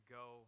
go